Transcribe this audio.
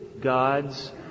God's